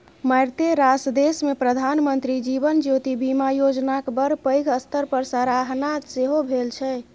मारिते रास देशमे प्रधानमंत्री जीवन ज्योति बीमा योजनाक बड़ पैघ स्तर पर सराहना सेहो भेल छै